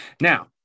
Now